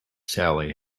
sally